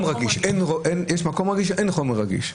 ואין חומר רגיש.